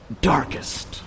darkest